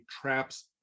traps